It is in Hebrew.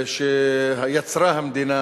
שיצרה המדינה